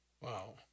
Wow